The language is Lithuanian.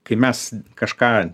kai mes kažką